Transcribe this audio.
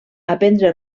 aprendre